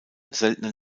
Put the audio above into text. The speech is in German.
seltener